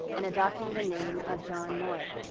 and adopting the name of john moy.